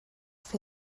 fer